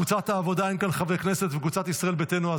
מקבוצת העבודה אין כאן חברי כנסת ומקבוצת ישראל ביתנו,